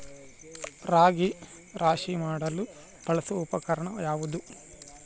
ರಾಗಿ ರಾಶಿ ಮಾಡಲು ಬಳಸುವ ಉಪಕರಣ ಯಾವುದು?